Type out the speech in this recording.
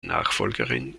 nachfolgerin